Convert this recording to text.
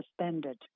suspended